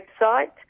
website